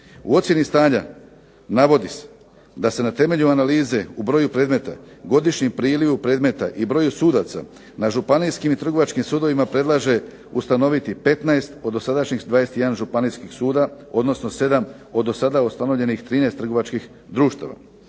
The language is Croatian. U ocijeni stanja navodi se da se na temelju analize u broju predmeta godišnji priliv predmeta i broju sudaca na županijskim i trgovačkim sudovima predlaže ustanoviti 15 od dosadašnjih 21 županijskih sudova, odnosno 7 od dosada ustanovljenih 13 trgovačkih društava.